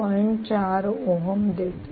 4 ओहम देते